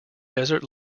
desert